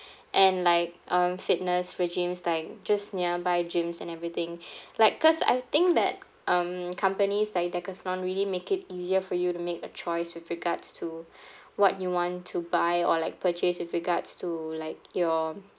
and like um fitness regimes like just nearby gyms and everything like cause I think that um companies like decathlon really make it easier for you to make a choice with regards to what you want to buy or like purchase with regards to like your